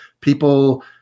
people